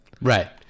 right